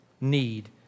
need